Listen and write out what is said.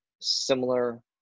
similar